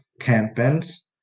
campaigns